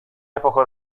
epoca